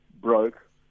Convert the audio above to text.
broke